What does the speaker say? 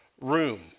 room